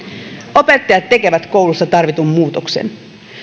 opettajat tekevät kouluissa tarvitun muutoksen